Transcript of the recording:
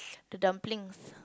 the dumplings